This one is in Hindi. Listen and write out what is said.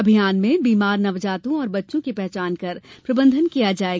अभियान में बीमार नवजातों और बच्चों की पहचान कर प्रबंधन किया जाये